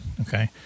Okay